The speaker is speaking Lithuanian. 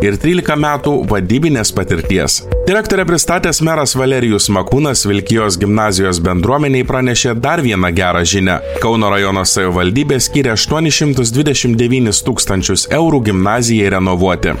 ir trylika metų vadybinės patirties direktorę pristatęs meras valerijus makūnas vilkijos gimnazijos bendruomenei pranešė dar vieną gerą žinią kauno rajono savivaldybė skyrė aštuonis šimtus dvidešim devynis tūkstančius eurų gimnazijai renovuoti